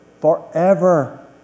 Forever